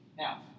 Now